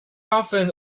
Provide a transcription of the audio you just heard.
often